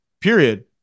period